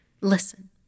Listen